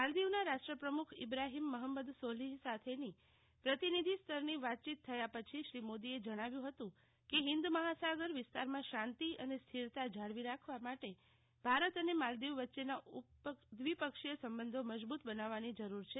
માલદીવના રાષ્ટ્રપ્રમખ ઇબ્રાદહમ મહાંમદ સોલીહ સાથેની પ્રતીનિધિ સ્તરની વાતચીત થયા પછી શ્રી મોદીએ જણાવ્યુ હતું કે હિંદ મહાસાગર વિસ્તારમા વિસ્તારમાં શાંતિ સ્થિરતા જાળવી રાખવા માટે ભારત અને માલદીવ વચ્ચેના દ્વીપક્ષીય સબાંધો મજબુત બનવવાની જરૂર છે